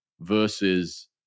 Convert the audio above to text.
versus